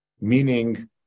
meaning